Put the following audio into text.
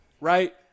right